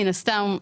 מן הסתם,